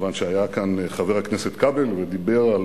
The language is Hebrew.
כיוון שהיה כאן חבר הכנסת כבל ודיבר על